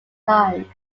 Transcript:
time